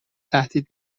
تهدید